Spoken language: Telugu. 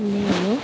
మీరు